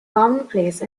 commonplace